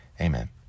amen